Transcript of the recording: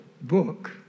book